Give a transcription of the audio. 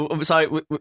sorry